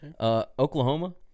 Oklahoma